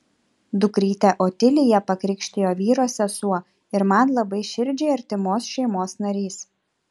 dukrytę otiliją pakrikštijo vyro sesuo ir man labai širdžiai artimos šeimos narys